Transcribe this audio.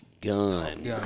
Gun